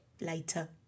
later